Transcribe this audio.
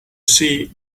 see